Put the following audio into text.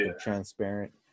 transparent